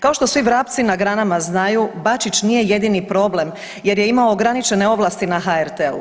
Kao što svi vrapci na granama znaju Bačić nije jedini problem jer je imao ograničene ovlasti na HRT-u.